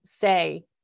say